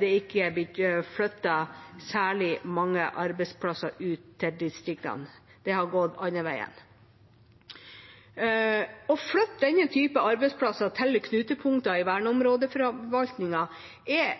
det ikke blitt flyttet særlig mange arbeidsplasser ut til distriktene. Det har gått andre veien. Det å flytte denne type arbeidsplasser til knutepunkter i verneområdeforvaltningen er